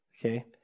okay